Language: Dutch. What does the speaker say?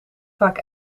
vaak